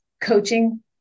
coaching